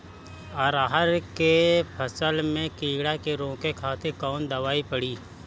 अरहर के फसल में कीड़ा के रोके खातिर कौन दवाई पड़ी?